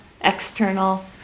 external